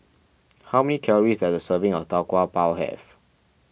how many calories does a serving of Tau Kwa Pau have